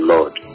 Lord